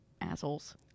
assholes